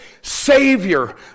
Savior